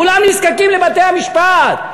כולם נזקקים לבתי-המשפט.